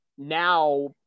now